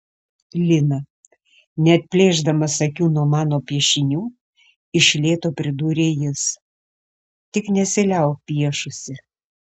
lina neatplėšdamas akių nuo mano piešinių iš lėto pridūrė jis tik nesiliauk piešusi